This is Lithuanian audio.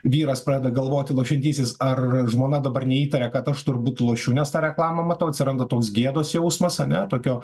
vyras pradeda galvoti lošiantysis ar žmona dabar neįtaria kad aš turbūt lošiu nes tą reklamą matau atsiranda toks gėdos jausmas ane tokio